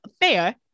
fair